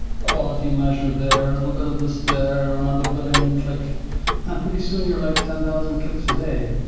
quality measure there, a little bit of this there, another billing click. and pretty soon you're like ten thousand clicks a day,